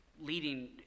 leading